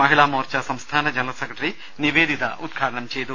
മഹിളാമോർച്ച സംസ്ഥാന general secretary Nivedita ഉദ്ഘാടനം ചെയ്തു